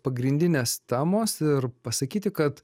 pagrindinės temos ir pasakyti kad